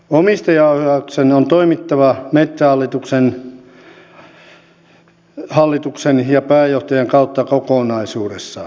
omistajaohjauksen on toimittava metsähallituksen hallituksen ja pääjohtajan kautta kokonaisuudessaan